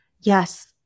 Yes